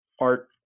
art